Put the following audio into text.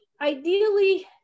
ideally